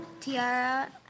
tiara